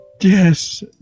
Yes